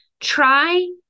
Try